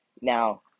Now